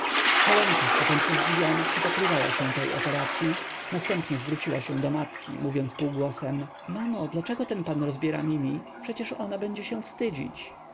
helenka z początku zdziwiona przypatrywała się tej operacyi następnie zwróciła się do matki mówiąc półgłosem mamo dlaczego ten pan rozbiera mimi przecież ona będzie się wstydzić